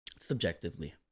subjectively